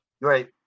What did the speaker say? Right